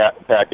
package